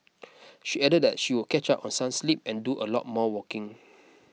she added that she would catch up on some sleep and do a lot more walking